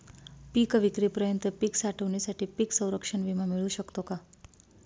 पिकविक्रीपर्यंत पीक साठवणीसाठी पीक संरक्षण विमा मिळू शकतो का?